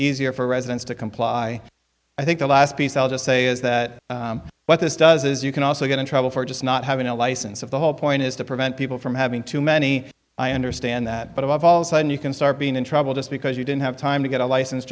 easier for residents to comply i think the last piece i'll just say is that what this does is you can also get in trouble for just not having a license of the whole point is to prevent people from having too many i understand that but above all side you can start being in trouble just because you didn't have time to get a license